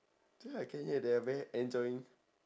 ya I can hear there are very enjoying